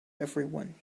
everyone